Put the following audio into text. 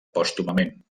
pòstumament